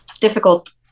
difficult